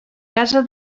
casa